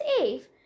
Eve